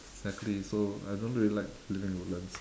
exactly so I don't really like living in woodlands